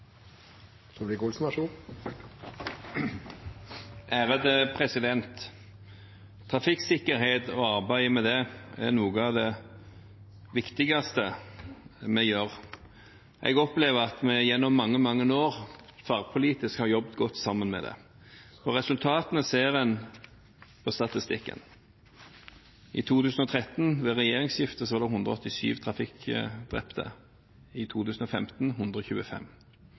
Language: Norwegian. noe av det viktigste vi gjør. Jeg opplever at vi gjennom mange, mange år tverrpolitisk har jobbet godt sammen om det. Resultatene ser en på statistikken. I 2013, ved regjeringsskiftet, var det 187 trafikkdrepte. I 2015 var det 125.